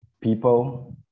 people